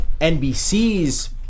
NBC's